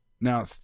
Now